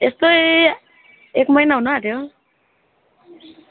यस्तै एक महिना हुन आँट्यो